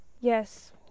Yes